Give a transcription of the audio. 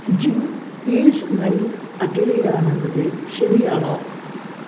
gym is mile അകലെയാണെന്നത് ശരിയാണോ